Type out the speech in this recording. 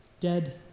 dead